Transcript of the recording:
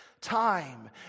time